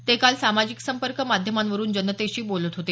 ते काल सामाजिक संपर्क माध्यमावरून जनतेशी बोलत होते